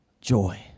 joy